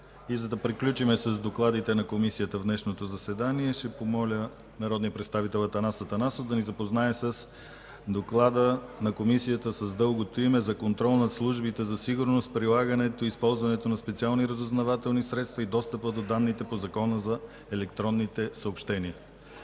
За да приключим с докладите на комисията в днешното заседание, ще помоля народния представител Атанас Атанасов да ни запознае с доклада на Комисията с дългото име „За контрол над службите за сигурност, прилагането и използването на специални разузнавателни средства и достъпа до данните по Закона за електронните съобщения.”